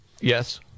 Yes